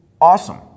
awesome